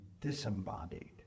disembodied